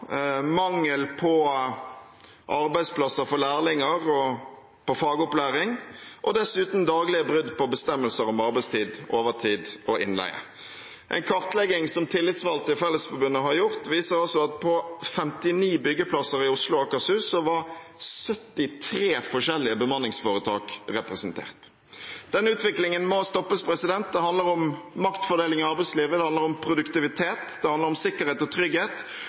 mangel på arbeidsplasser for lærlinger og på fagopplæring og dessuten daglige brudd på bestemmelser om arbeidstid, overtid og innleie. En kartlegging som tillitsvalgte i Fellesforbundet har gjort, viser at på 59 byggeplasser i Oslo og Akershus var 73 forskjellige bemanningsforetak representert. Denne utviklingen må stoppes. Det handler om maktfordeling i arbeidslivet, det handler om produktivitet, det handler om sikkerhet og trygghet,